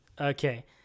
Okay